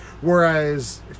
Whereas